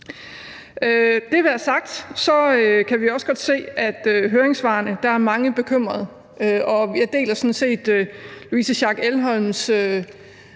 det er sagt, kan vi også godt se af høringssvarene, at mange er bekymrede, og jeg deler sådan set Louise Schack Elholms